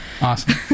Awesome